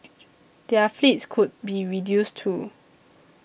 their fleets could be reduced too